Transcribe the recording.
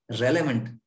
relevant